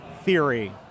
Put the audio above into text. theory